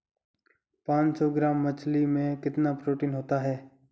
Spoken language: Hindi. पांच सौ ग्राम मछली में कितना प्रोटीन होता है?